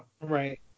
Right